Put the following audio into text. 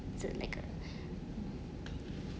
it's a like